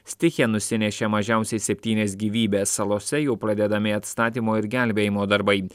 stichija nusinešė mažiausiai septynias gyvybes salose jau pradedami atstatymo ir gelbėjimo darbai